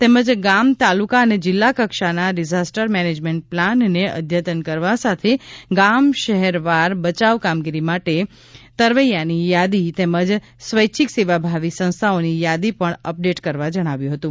તેમજ ગામ તાલુકા અને જિલ્લા કક્ષાના ડીઝાસ્ટર મેનેજમેન્ટ પ્લાનને અધ્યતન કરવા સાથે ગામ શહેર વાર બચાવ કામગીરી માટે તરવૈયાની યાદી તેમજ સ્વૈચ્છિક સેવાભાવી સંસ્થાઓની યાદી પણ અપડેટ કરવા જણાવ્યું હતું